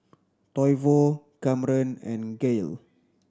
Toivo Camren and Gael